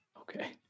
Okay